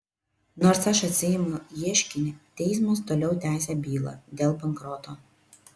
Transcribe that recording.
nors aš atsiimu ieškinį teismas toliau tęsia bylą dėl bankroto